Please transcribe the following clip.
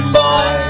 boy